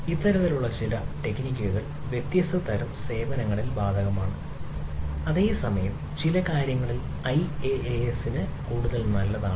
ഇത്തരത്തിലുള്ള ചില ടെക്നിക്കുകൾ വ്യത്യസ്ത തരം സേവനങ്ങളിൽ ബാധകമാണ് അതേസമയം ചില കാര്യങ്ങൾ ഐഎഎഎസിന് കൂടുതൽ നല്ലതാണ്